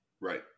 Right